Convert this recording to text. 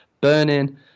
Burning